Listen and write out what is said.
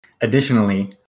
Additionally